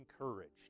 encouraged